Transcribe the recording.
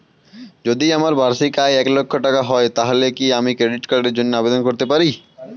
যদি আমার বার্ষিক আয় এক লক্ষ টাকা হয় তাহলে কি আমি ক্রেডিট কার্ডের জন্য আবেদন করতে পারি?